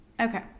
okay